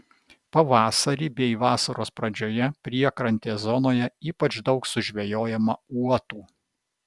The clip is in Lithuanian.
pavasarį bei vasaros pradžioje priekrantės zonoje ypač daug sužvejojama uotų